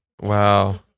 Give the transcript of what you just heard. Wow